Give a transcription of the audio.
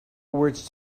words